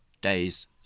days